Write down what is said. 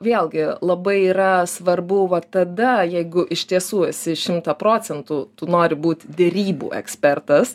vėlgi labai yra svarbu va tada jeigu iš tiesų esi šimtą procentų tu nori būt derybų ekspertas